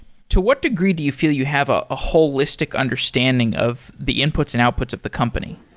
to what degree do you feel you have a ah holistic understanding of the inputs and outputs of the company?